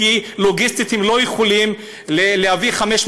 כי לוגיסטית הם לא יכולים להביא 500